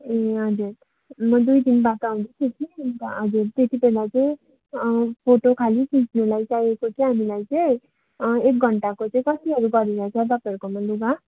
ए हजुर म दुई दिनबाद आउँदैछु कि अनि त हजुर त्यति बेला चाहिँ फोटो खाली खिच्नुलाई चाहिएको थियो हामीलाई चाहिँ एक घन्टाको चाहिँ कतिहरू गरेर छ तपाईँहरूकोमा लुगा